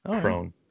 prone